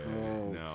No